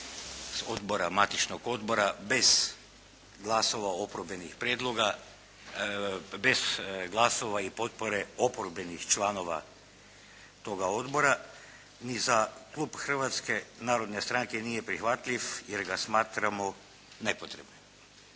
oporbenih prijedloga, bez glasova i potpore oporbenih članova toga odbora ni za klub Hrvatske narodne stranke nije prihvatljiv jer ga smatramo nepotrebnim.